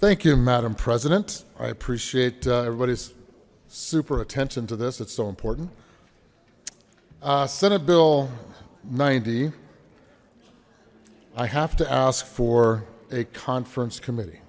thank you madam president i appreciate everybody's super attention to this it's so important senate bill ninety i have to ask for a conference committee